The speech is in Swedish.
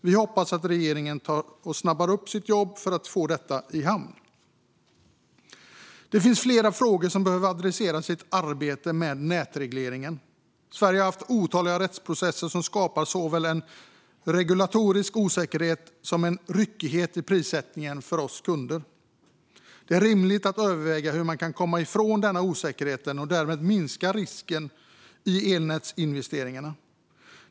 Vi hoppas att regeringen tar och snabbar upp sitt jobb för att få detta i hamn. Det finns flera frågor som behöver adresseras i ett arbete med nätregleringen. Sverige har haft otaliga rättsprocesser som skapat såväl en regulatorisk osäkerhet som en ryckighet i prissättningen för oss kunder. Det är rimligt att överväga hur man kan komma ifrån denna osäkerhet och därmed minska risken i elnätsinvesteringar.